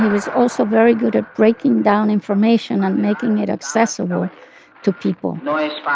he was also very good at breaking down information and making it accessible to people like